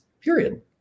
Period